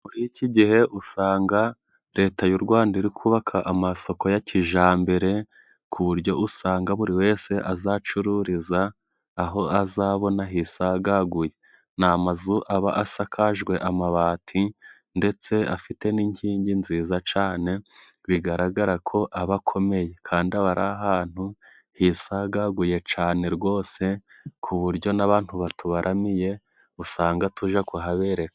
Muri iki gihe usanga Leta y'u Rwanda iri kubaka amasoko ya kijyambere ku buryo usanga buri wese azacururiza aho azabona hisagaguye. Ni amazu aba asakajwe amabati ndetse afite n'inkingi nziza cyane bigaragara ko aba akomeye. Kandi aba ari ahantu hisagaguye cyane rwose ku buryo n'abantu batubaramiye usanga tujya kuhabereka.